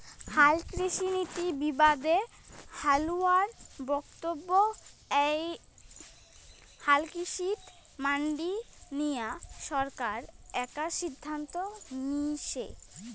হালকৃষিনীতি বিবাদে হালুয়ার বক্তব্য এ্যাই হালকৃষিত মান্ডি নিয়া সরকার একা সিদ্ধান্ত নিসে